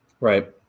Right